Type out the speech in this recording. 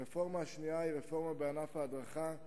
הרפורמה השנייה היא רפורמה בענף ההדרכה,